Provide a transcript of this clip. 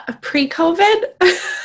pre-COVID